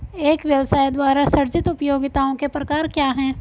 एक व्यवसाय द्वारा सृजित उपयोगिताओं के प्रकार क्या हैं?